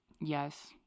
Yes